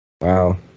Wow